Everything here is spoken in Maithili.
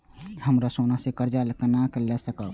हम सोना से कर्जा केना लाय सकब?